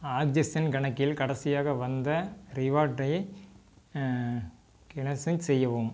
oxygen கணக்கில் கடைசியாக வந்த ரிவார்டை க்ளெசன்ஸ் செய்யவும்